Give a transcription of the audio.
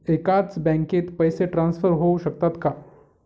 एकाच बँकेत पैसे ट्रान्सफर होऊ शकतात का?